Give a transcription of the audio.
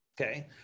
Okay